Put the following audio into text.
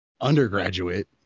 undergraduate